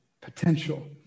potential